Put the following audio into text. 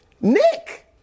Nick